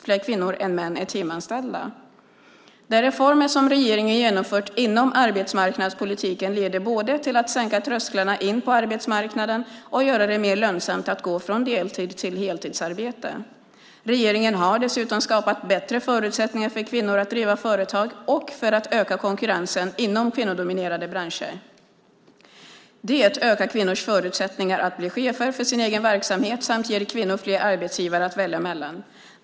Fler kvinnor än män är timanställda. De reformer som regeringen genomfört inom arbetsmarknadspolitiken leder både till att sänka trösklarna för att komma in på arbetsmarknaden och till att göra det mer lönsamt att gå från deltid till heltidsarbete. Regeringen har dessutom skapat bättre förutsättningar för kvinnor att driva företag och för att öka konkurrensen inom kvinnodominerade branscher. Det ökar kvinnors förutsättningar att bli chefer för sin egen verksamhet samt ger kvinnor fler arbetsgivare att välja mellan.